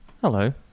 Hello